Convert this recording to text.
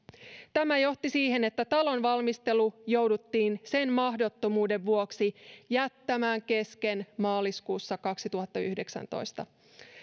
tämä johti siihen että talon valmistelu jouduttiin sen mahdottomuuden vuoksi jättämään kesken maaliskuussa kaksituhattayhdeksäntoista